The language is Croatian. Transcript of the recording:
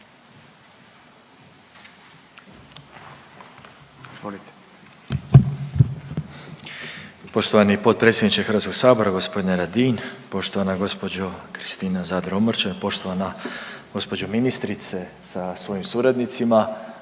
(MOST)** Poštovani potpredsjedniče Hrvatskog sabora gospodine Radin, poštovana gospođo Kristina Zadro Omrčen, poštovana gospođo ministrice sa svojim suradnicima,